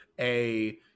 a-